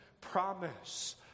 promise